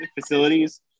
facilities